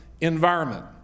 environment